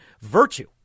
virtue